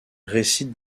récite